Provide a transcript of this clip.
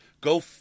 Go